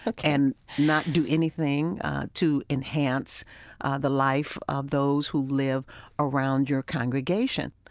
ok and not do anything to enhance the life of those who live around your congregation?